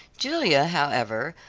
julia, however,